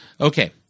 Okay